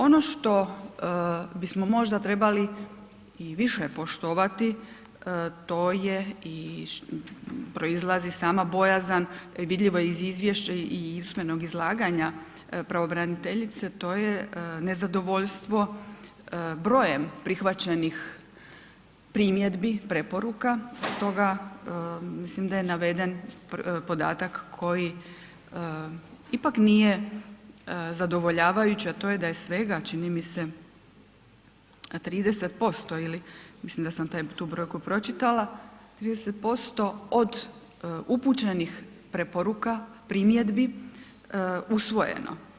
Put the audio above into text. Ono što bismo možda trebali i više poštovati to je i proizlazi sama bojazan, vidljivo je iz izvješća i usmenog izlaganja pravobraniteljice to je nezadovoljstvo brojem prihvaćenih primjedbi, preporuka, stoga mislim da je naveden podatak koji ipak nije zadovoljavajući, a to je da je svega čini mi se 30%, mislim da sam tu brojku pročitala, 30% od upućenih preporuka, primjedbi usvojeno.